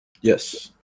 Yes